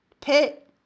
pit